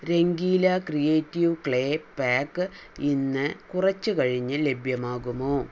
Rangeela creative clay pack ഇന്ന് കുറച്ച് കഴിഞ്ഞ് ലഭ്യമാകുമോ